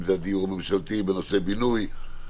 אם זה דיור ממשלתי בנושא בינוי,